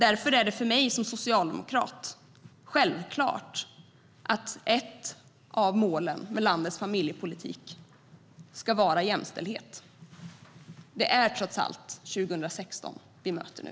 Därför är det för mig som socialdemokrat självklart att ett av målen med landets familjepolitik ska vara jämställdhet. Det är trots allt 2016 vi möter nu.